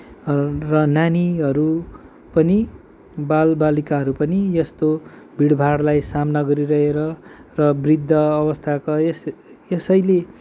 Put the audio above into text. र नानीहरू पनि बाल लालिकाहरू पनि यस्तो भिडभाडलाई सामना गरिरहेर र वृद्ध अवस्थाका यस यसैले